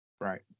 right